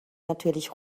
natürlich